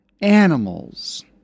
animals